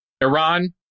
Iran